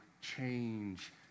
change